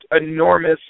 enormous